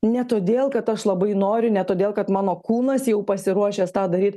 ne todėl kad aš labai noriu ne todėl kad mano kūnas jau pasiruošęs tą daryt